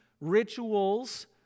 rituals